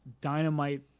dynamite